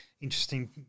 interesting